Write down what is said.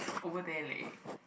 over there leh